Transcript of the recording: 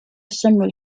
summary